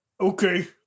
Okay